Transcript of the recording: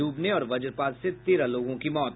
डूबने और वज्रपात से तेरह लोगों की मौत